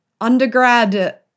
undergrad